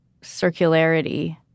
circularity